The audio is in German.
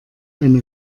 eine